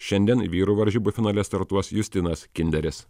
šiandien vyrų varžybų finale startuos justinas kinderis